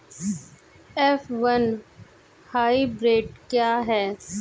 F one hybrid क्या है?